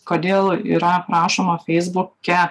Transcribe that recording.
kodėl yra prašoma feisbuke